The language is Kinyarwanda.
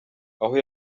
aho